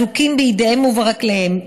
אזוקים בידיהם וברגליהם,